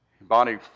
Bonnie